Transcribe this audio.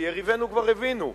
כי יריבינו כבר הבינו: